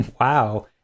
Wow